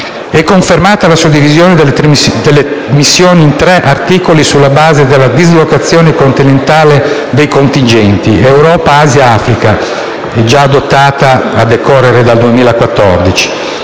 È confermata la suddivisione delle missioni in tre articoli sulla base della dislocazione continentale dei contingenti (Europa, Asia, Africa), già adottata a decorrere dal 2014.